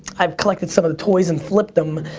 i've collected some of the toys and flipped em.